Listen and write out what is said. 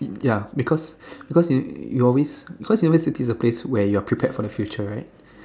ya because because you you always cause you always because university is the place where you're prepared for the future right